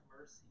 mercy